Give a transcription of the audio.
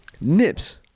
Nips